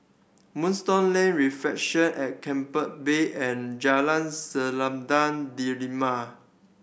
Moonstone Lane Reflection at Keppel Bay and Jalan Selendang Delima